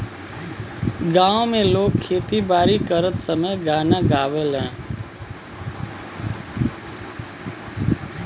गांव में लोग खेती बारी करत समय गाना गावेलन